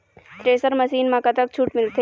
Thresher machine म कतक छूट मिलथे?